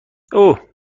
اوه